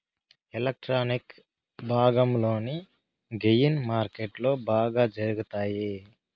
electronic భాగంలోని gain మార్కెట్లో బాగా జరుగుతాయి